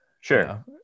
sure